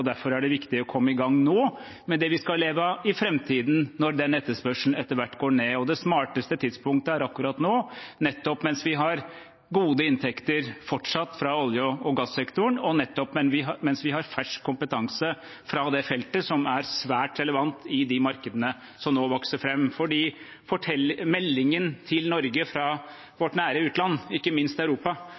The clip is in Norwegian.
Derfor er det viktig å komme i gang nå med det vi skal leve av i framtiden, når den etterspørselen etter hvert går ned. Det smarteste tidspunktet er akkurat nå – nettopp mens vi fortsatt har gode inntekter fra olje og gassektoren, og nettopp mens vi har fersk kompetanse fra det feltet, som er svært relevant i de markedene som nå vokser fram. For meldingen til Norge fra vårt nære utland, ikke minst Europa,